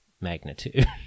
magnitude